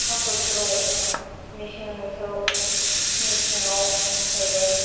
अखा बोथोराव अखा मेसें बोथोराव मेसेंआव जाहैबाय